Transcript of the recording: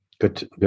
Good